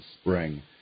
spring